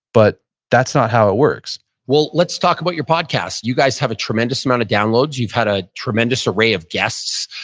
but that's not how it works well let's talk about your podcast. you guys have a tremendous amount of downloads. you've had a tremendous array of guests.